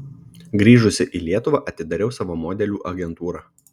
grįžusi į lietuvą atidariau savo modelių agentūrą